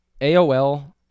AOL